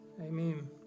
Amen